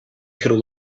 could